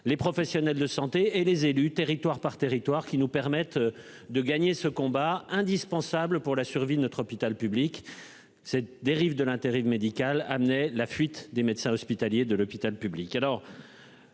Les professionnels de santé et les élus, territoire par territoire qui nous permettent de gagner ce combat indispensable pour la survie de notre hôpital public. Cette dérive de l'intérim médical amenait la fuite des médecins hospitaliers, de l'hôpital public,